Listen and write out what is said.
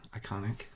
iconic